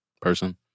person